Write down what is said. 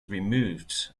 removed